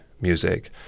music